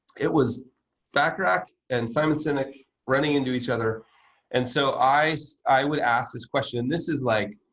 it was bachrach and simon sinek running into each other and so i so i would ask this question. this is like